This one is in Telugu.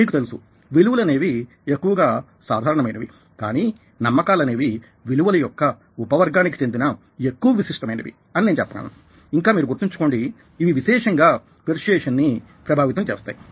మీకు తెలుసు విలువలనేవి ఎక్కువగా సాధారణమైనవి కానీ నమ్మకాలు అనేవి విలువలయొక్క ఉపవర్గానికి చెందిన ఎక్కువ విశిష్టమైనవి అని నేను చెప్పగలను ఇంకా మీరు గుర్తుంచుకోండి ఇవి విశేషంగా పెర్సుయేసన్ ని ప్రభావితం చేస్తాయి